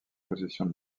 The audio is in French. possession